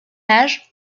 âge